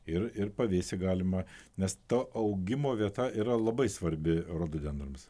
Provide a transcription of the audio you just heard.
ir ir pavėsy galima nes to augimo vieta yra labai svarbi rododendrams